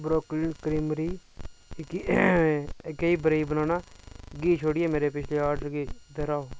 brick kiln Creamery strawberry banana गी छोड़ियै मेरे पिछले आर्डर गी दर्हाओ